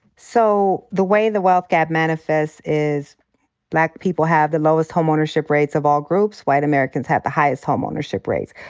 so the way the wealth gap manifests is black people have the lowest home ownership rates of all groups. white americans have the highest home ownership rates.